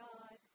God